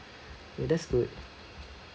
that's good